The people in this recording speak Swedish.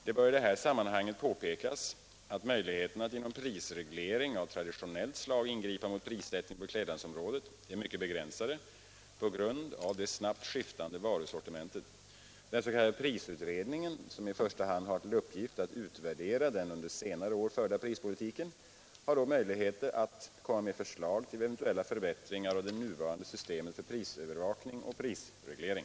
Det bör i det här sammanhanget påpekas att möjligheterna att genom prisreglering av traditionellt slag ingripa mot prissättningen på beklädnadsområdet är mycket begränsade på grund av det snabbt skiftande varusortimentet. Den s.k. prisutredningen, som i första hand har till uppgift att utvärdera den under senare år förda prispolitiken, har dock möjligheter att komma med förslag till eventuella förbättringar av det nuvarande systemet för prisövervakning och prisreglering.